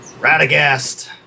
Radagast